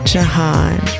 Jahan